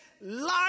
life